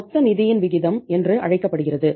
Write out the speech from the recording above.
மொத்த நிதியின் விகிதம் என்று அழைக்கப்படுகிறது